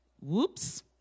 whoops